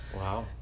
Wow